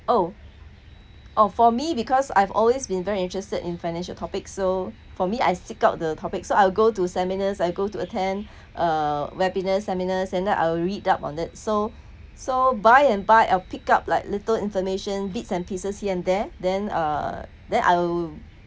oh oh for me because I've always been very interested in financial topics so for me I seek out the topic so I'll go to seminars I'll go to attend uh webinars seminars and then I'll read up on it so so by and by I'd pick up like little information bits and pieces here and there then uh then I'll